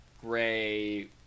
gray